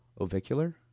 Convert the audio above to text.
ovicular